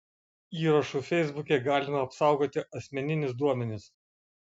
įrašu feisbuke galima apsaugoti asmeninius duomenis